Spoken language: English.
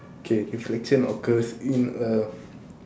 okay reflection occurs in earth